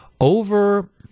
Over